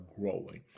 growing